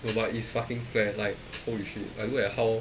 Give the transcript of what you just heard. no but is fucking flat like holy shit like look at how